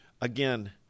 again